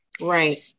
Right